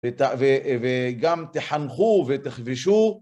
וגם תחנכו ותכבשו.